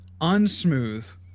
unsmooth